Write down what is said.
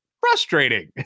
frustrating